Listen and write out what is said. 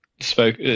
spoke